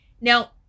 now